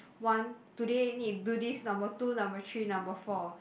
one today need to do this number two number three number four